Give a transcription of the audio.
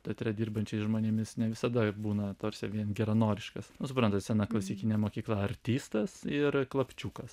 teatre dirbančiais žmonėmis ne visada būna tarsi vien geranoriškas nu suprantat sena klasikinė mokykla artistas ir klapčiukas